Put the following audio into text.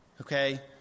okay